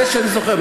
זה מה שאני זוכר,